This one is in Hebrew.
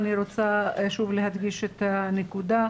אני רוצה שוב להדגיש את הנקודה,